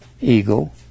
eagle